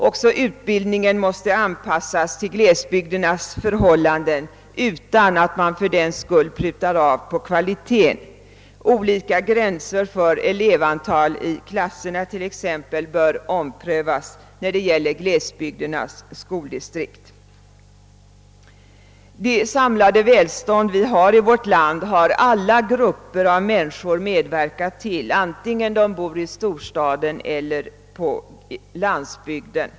Också utbildningen måste anpassas till glesbygdernas förhållanden utan att man fördenskull prutar av på kvaliteten. Exempelvis frågan om olika gränser för elevantalet i klasserna bör omprövas när det gäller glesbygdernas skoldistrikt. Det samlade välståndet i vårt land har alla grupper av människor medverkat till, vare sig de bor i storstaden eller på landsbygden.